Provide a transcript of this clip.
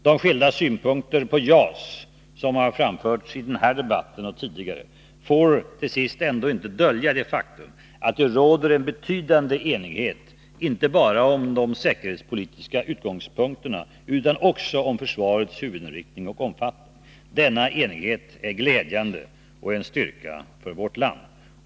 De skilda synpunkterna på JAS, som har framförts i den här debatten och tidigare, får ändå inte till sist dölja det faktum att det råder en betydande enighet inte bara om de säkerhetspolitiska utgångspunkterna utan också om försvarets huvudinriktning och omfattning. Denna enighet är glädjande och en styrka för vårt land.